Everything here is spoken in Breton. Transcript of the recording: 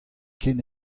ken